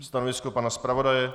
Stanovisko pana zpravodaje?